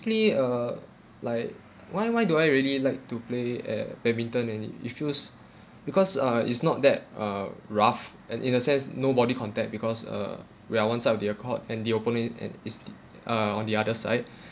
uh like why why do I really like to play eh badminton and it it feels because uh it's not that uh rough and in a sense no body contact because uh we are one side of their court and the opponent and is uh on the other side